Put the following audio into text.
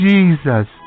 Jesus